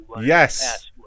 Yes